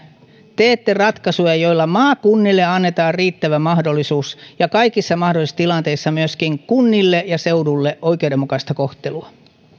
teette ratkaisuja joilla maakunnille annetaan riittävä mahdollisuus ja kaikissa mahdollisissa tilanteissa myöskin kunnille ja seudulle oikeudenmukaista kohtelua